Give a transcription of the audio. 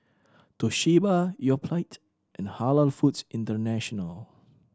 Toshiba Yoplait and Halal Foods International